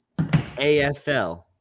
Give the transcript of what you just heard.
AFL